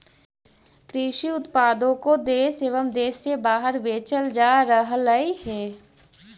कृषि उत्पादों को देश एवं देश से बाहर बेचल जा रहलइ हे